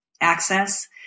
access